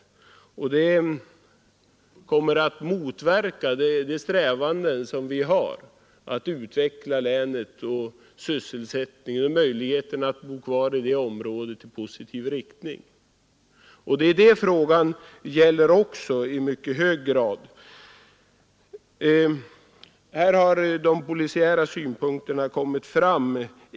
Det kommer att motverka våra strävanden att utveckla länet, sysselsättningen och möjligheterna att bo kvar i området. Ärendet som behandlas gäller också detta i mycket hög grad. Här har synpunkterna på den polisiära verksamheten kommit fram.